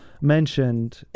mentioned